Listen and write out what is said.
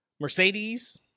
Mercedes